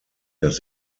das